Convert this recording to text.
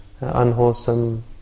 unwholesome